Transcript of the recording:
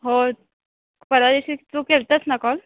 हो परावादिवशी तू केला होतास ना कॉल